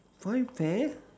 find friends